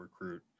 recruit